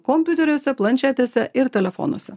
kompiuteriuose planšetėse ir telefonuose